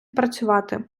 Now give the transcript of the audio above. працювати